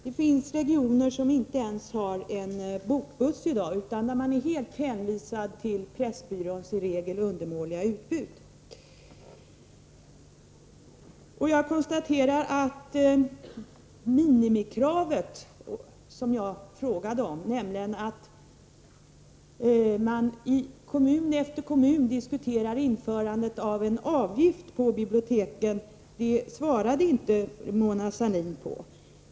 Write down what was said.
Det finns regioner som inte ens har en bokbuss i dag, utan där man är helt hänvisad till Pressbyråns i regel undermåliga utbud. Jag konstaterar att den fråga jag ställde om de minimikrav som diskuteras i kommun efter kommun om införande av en avgift på biblioteken svarade inte Mona Sahlin på.